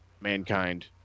Mankind